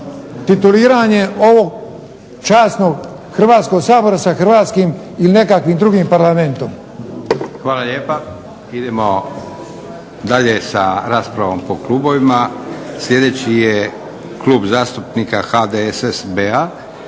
tituliranjem ovog časnog Hrvatskog sabora sa hrvatskim ili nekakvim drugim parlamentom. **Leko, Josip (SDP)** Hvala lijepa. Idemo dalje sa raspravom po klubovima. Sljedeći je Klub zastupnika HDSSB-a,